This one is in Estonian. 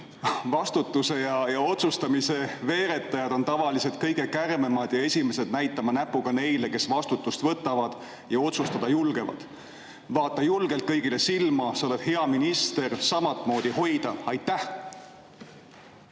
Vastutuse ja otsustamise veeretajad on tavaliselt kõige kärmemad ja esimesed näitama näpuga neile, kes vastutust võtavad ja otsustada julgevad. Vaata julgelt kõigile silma! Sa oled hea minister! Samamoodi hoida! Aitäh!